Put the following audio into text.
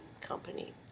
Company